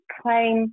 claim